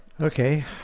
Okay